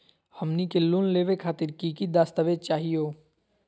हमनी के लोन लेवे खातीर की की दस्तावेज चाहीयो?